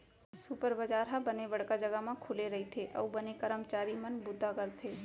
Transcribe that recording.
super बजार ह बने बड़का जघा म खुले रइथे अउ बने करमचारी मन बूता करथे